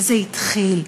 וזה התחיל,